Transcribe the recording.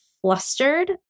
flustered